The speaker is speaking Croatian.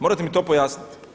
Morate mi to pojasniti.